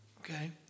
Okay